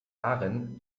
darin